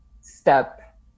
step